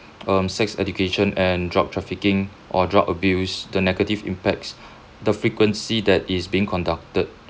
um sex education and drug trafficking or drug abuse the negative impacts the frequency that it's being conducted